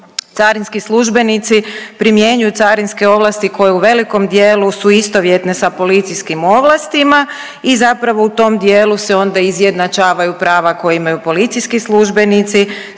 Carinski službenici primjenjuju carinske ovlasti koje u velikom dijelu su istovjetne sa policijskim ovlastima i zapravo u tom dijelu se onda izjednačavaju prava koja imaju policijski službenici